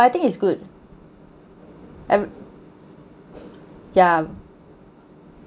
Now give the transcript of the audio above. but I think it's good ev~ ya